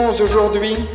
aujourd'hui